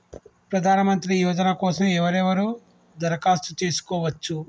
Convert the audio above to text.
ప్రధానమంత్రి యోజన కోసం ఎవరెవరు దరఖాస్తు చేసుకోవచ్చు?